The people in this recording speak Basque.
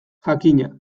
jakina